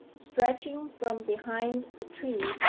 stretching from behind the tree,